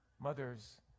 mother's